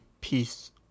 peace